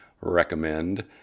recommend